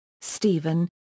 Stephen